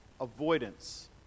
avoidance